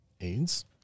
AIDS